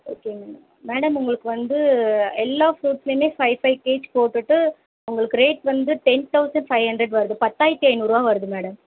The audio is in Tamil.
ஓகே மேடம் மேடம் உங்களுக்கு வந்து எல்லா ஃப்ரூட்ஸ்லையுமே ஃபைவ் ஃபைவ் கேஜி போட்டுட்டு உங்களுக்கு ரேட் வந்து டென் தௌசண்ட் ஃபைவ் ஹண்ட்ரட் வருது பத்தாயிரத்து ஐநூறுவா வருது மேடம்